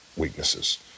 weaknesses